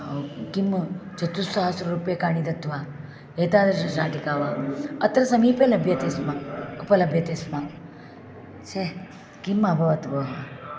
किं चतुस्सहस्ररूप्यकाणि दत्वा एतादृशशाटिका वा अत्र समीपे लभ्यते स्म उपलभ्यते स्म छे किम् अभवत् भोः